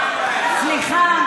סליחה,